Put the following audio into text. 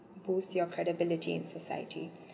boost your credibility in society